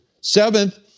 Seventh